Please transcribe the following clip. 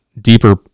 deeper